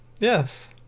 Yes